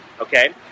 okay